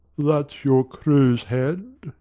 that's your crow's head?